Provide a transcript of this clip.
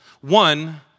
One